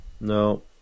No